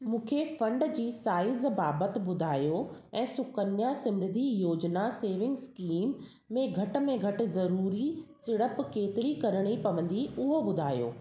मूंखे फंड जी साइज़ बाबति ॿुधायो ऐं सुकन्या समृद्धि योजना सेविंग्स इस्कीम में घटि में घटि ज़रूरी सीड़प केतिरी करिणी पवंदी उहो ॿुधायो